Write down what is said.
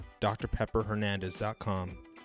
drpepperhernandez.com